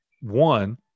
one